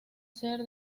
ser